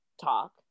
talk